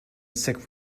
sick